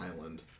island